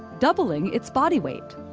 doubling its body weight.